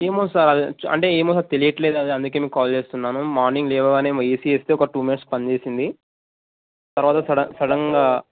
ఏమో సార్ అది అంటే ఏమో సార్ తెలియటం లేదు అది అందుకే మీకు కాల్ చేస్తున్నాను మార్నింగ్ లేవగానే ఏసి వేస్తే ఒక టూ మినిట్స్ పని చేసింది తర్వాత సడన్ సడన్గా